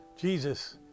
Jesus